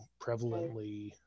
prevalently